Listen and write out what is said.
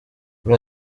kuri